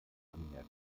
anmerkung